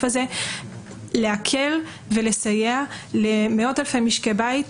הזה להקל ולסייע למאות אלפי משקי בית.